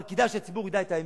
אבל כדאי שהציבור ידע את האמת: